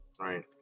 right